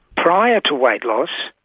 prior to weight loss,